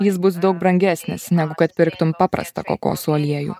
jis bus daug brangesnis negu kad pirktum paprastą kokosų aliejų